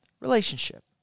relationship